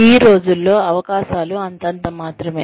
ఈ రోజుల్లో అవకాశాలు చాలా ఎక్కువ